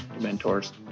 mentors